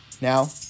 Now